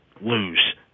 lose